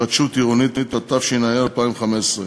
להתחדשות עירונית, התשע"ה 2015: